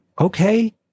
okay